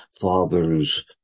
father's